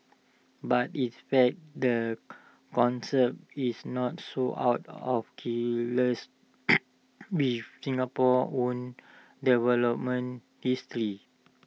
but in fact the concept is not so out of kilter with Singapore's own development history